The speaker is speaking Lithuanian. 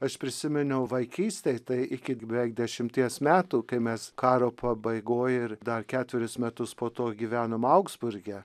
aš prisiminiau vaikystėj tai iki beveik dešimties metų kai mes karo pabaigoj ir dar ketverius metus po to gyvenom augsburge